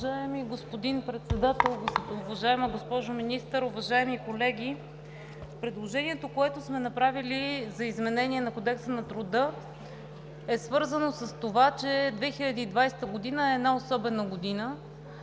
Уважаеми господин Председател, уважаема госпожо Министър, уважаеми колеги! Предложението, което сме направили за изменение на Кодекса на труда, е свързано с това, че 2020 г. е една особена година